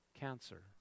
cancer